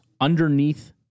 underneath